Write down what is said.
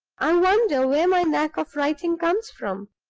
i wonder where my knack of writing comes from?